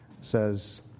says